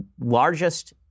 largest